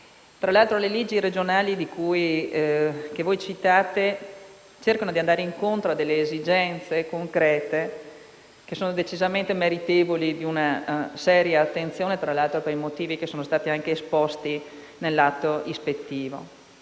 Tra l'altro, le leggi regionali che voi citate cercano di andare incontro a delle esigenze concrete che sono decisamente meritevoli di una seria attenzione, per i motivi peraltro esposti nell'atto di